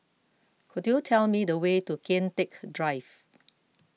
could you tell me the way to Kian Teck Drive